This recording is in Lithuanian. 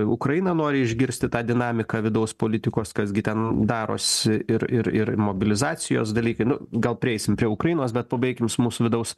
ukrainą nori išgirsti tą dinamiką vidaus politikos kas gi ten darosi ir ir ir mobilizacijos dalykai nu gal prieisim prie ukrainos bet pabaikim su mūsų vidaus